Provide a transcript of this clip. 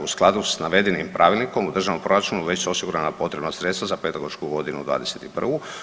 U skladu s navedenim pravilnikom u Državnom proračunu, već su osigurana potrebna sredstva za pedagošku godinu 2021.